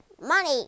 Money